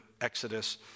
Exodus